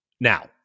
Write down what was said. Now